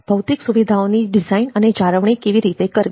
ભૌતિક સુવિધાઓની ડીઝાઇન અને જાળવણી કેવી રીતે કરવી